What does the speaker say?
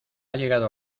llegado